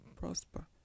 prosper